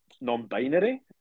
non-binary